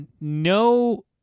no